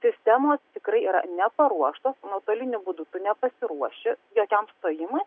sistemos tikrai yra neparuoštos nuotoliniu būdu tu nepasiruoši jokiam stojimui